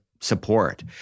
support